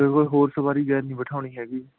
ਅਤੇ ਕੋਈ ਹੋਰ ਸਵਾਰੀ ਨਹੀਂ ਬਿਠਾਉਣੀ ਹੈਗੀ